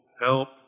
help